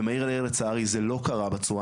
במהיר לעיר לצערי זה לא קרה בצורה